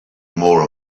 more